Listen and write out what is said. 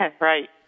Right